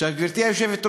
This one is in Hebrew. עכשיו, גברתי היושבת-ראש,